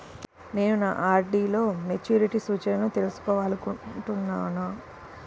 నేను నా ఆర్.డీ లో మెచ్యూరిటీ సూచనలను తెలుసుకోవాలనుకుంటున్నాను